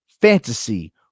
Fantasy